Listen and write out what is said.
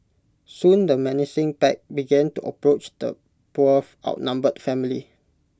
soon the menacing pack began to approach the poor outnumbered family